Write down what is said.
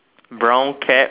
brown cap